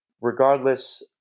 regardless